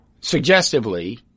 suggestively